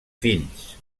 fills